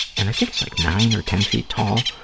and i think it's like nine or ten feet tall,